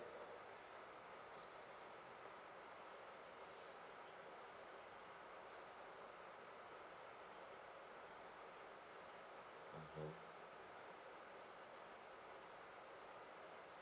mmhmm